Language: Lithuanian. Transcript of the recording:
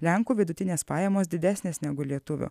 lenkų vidutinės pajamos didesnės negu lietuvių